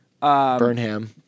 Burnham